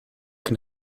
can